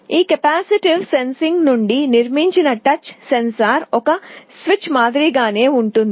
ఈ capacitive sensing నుండి నిర్మించిన టచ్ సెన్సార్ ఒక స్విచ్ మాదిరిగానే ఉంటుంది